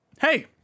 hey